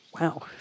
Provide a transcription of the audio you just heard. Wow